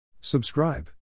Subscribe